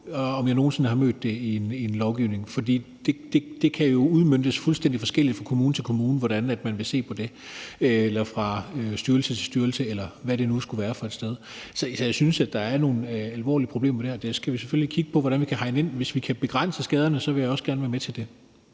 om jeg nogen sinde har mødt det i en lovgivning, for det kan jo udmøntes fuldstændig forskelligt fra kommune til kommune, hvordan man vil se på det – eller fra styrelse til styrelse, eller hvad det nu kunne være for et sted. Så jeg synes, der er nogle alvorlige problemer dér, og det skal vi selvfølgelig kigge på hvordan vi kan hegne ind. Hvis vi kan begrænse skaderne, vil jeg også gerne være med til det.